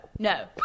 no